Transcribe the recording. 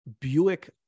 Buick